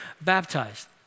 baptized